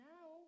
Now